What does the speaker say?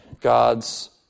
God's